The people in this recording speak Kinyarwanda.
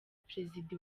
perezida